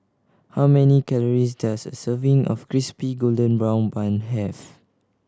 how many calories does a serving of Crispy Golden Brown Bun have